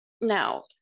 Now